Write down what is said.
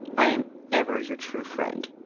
i am ever your true friend,